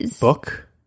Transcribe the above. book